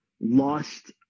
lost